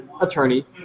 attorney